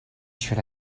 should